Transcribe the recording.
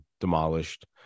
demolished